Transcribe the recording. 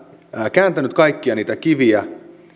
kääntänyt kaikkia niitä kiviä